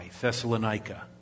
Thessalonica